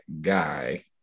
guy